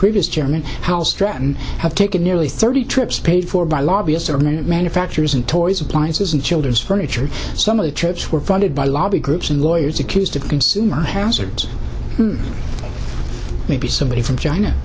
previous chairman howell stratton have taken nearly thirty trips paid for by lobbyist servant manufacturers and toys appliances and children's furniture some of the troops were funded by lobby groups and lawyers accused of consumer hazards maybe somebody from china